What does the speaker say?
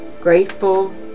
Grateful